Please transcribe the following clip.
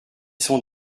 sont